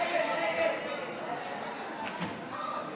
(כשירות המפקח הכללי של משטרת ישראל למינוי,